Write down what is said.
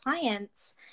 clients